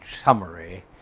summary